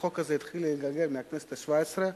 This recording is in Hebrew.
חבר הכנסת כרמל שאמה-הכהן.